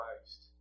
Christ